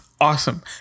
awesome